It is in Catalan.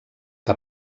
que